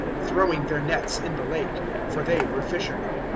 throwing their nets in the lake for they were fisherman.